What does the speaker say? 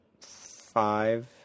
five